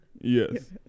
Yes